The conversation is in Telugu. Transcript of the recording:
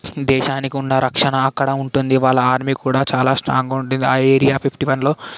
దేశానికి ఉన్న రక్షణ అక్కడ ఉంటుంది వాళ్ళ ఆర్మీ కూడా చాలా స్ట్రాంగా ఉంటుంది ఆ ఏరియా ఫిఫ్టీ వన్లో